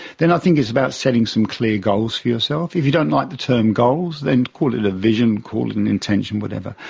then i think it's about setting some clear goals for yourself. if you don't like the term goals then call it a vision, call it an intention, whatever,